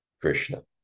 Krishna